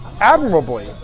admirably